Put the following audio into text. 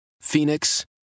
Phoenix